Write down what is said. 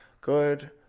good